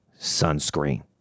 sunscreen